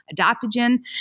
adaptogen